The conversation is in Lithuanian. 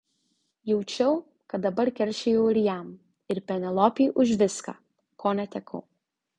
jaučiau kad dabar keršijau ir jam ir penelopei už viską ko netekau